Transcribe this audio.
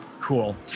Cool